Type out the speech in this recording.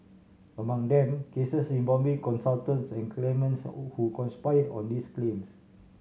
among them cases involving consultants and claimants who conspired on these claims